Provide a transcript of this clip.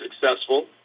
successful